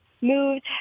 moved